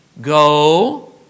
go